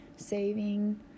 saving